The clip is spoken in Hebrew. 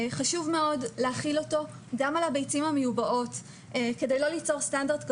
חשוב מאוד להחיל אותו גם על הביצים המיובאות כדי לא ליצור סטנדרט כפול.